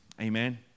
Amen